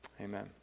Amen